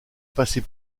passer